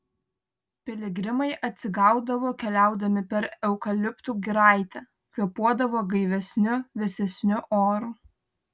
piligrimai atsigaudavo keliaudami per eukaliptų giraitę kvėpuodavo gaivesniu vėsesniu oru